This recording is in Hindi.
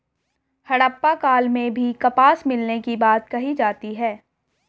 हड़प्पा काल में भी कपास मिलने की बात कही जाती है